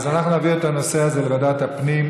אז אנחנו נעביר את הנושא הזה לוועדת הפנים,